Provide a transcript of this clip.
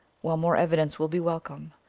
while more evidence will be welcome,